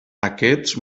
aquests